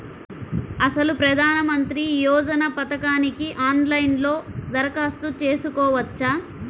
అసలు ప్రధాన మంత్రి యోజన పథకానికి ఆన్లైన్లో దరఖాస్తు చేసుకోవచ్చా?